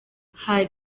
hari